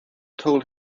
told